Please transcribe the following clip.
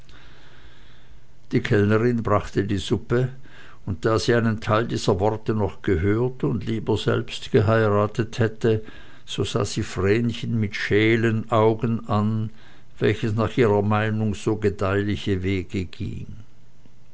die kellnerin brachte die suppe und da sie einen teil dieser worte noch gehört und lieber selbst geheiratet hätte so sah sie vrenchen mit scheelen augen an welches nach ihrer meinung so gedeihliche wege ging